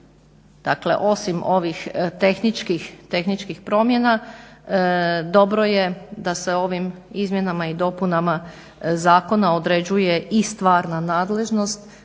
dakle osim ovih tehničkih promjena dobro je da se ovim izmjenama i dopunama Zakona određuje i stvarna nadležnost,